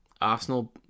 Arsenal